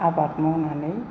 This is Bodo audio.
आबाद मावनानै